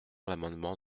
l’amendement